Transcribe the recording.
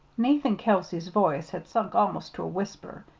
nathan kelsey's voice had sunk almost to a whisper,